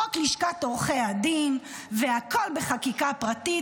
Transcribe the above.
חוק לשכת עורכי הדין, והכול בחקיקה פרטית.